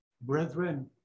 Brethren